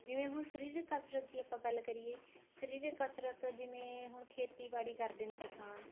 ਜਿਵੇਂ ਹੁਣ ਸਰੀਰਿਕ ਕਸਰਤ ਦੀ ਆਪਾਂ ਗੱਲ ਕਰੀਏ ਸਰੀਰਿਕ ਕਸਰਤ ਜਿਵੇਂ ਹੁਣ ਖੇਤੀਬਾੜੀ ਕਰਦੇ ਨੇ ਕਿਸਾਨ